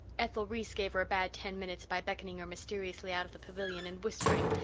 ethel reese gave her a bad ten minutes by beckoning her mysteriously out of the pavilion and whispering,